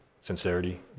sincerity